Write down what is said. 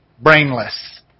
brainless